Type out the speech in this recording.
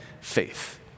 faith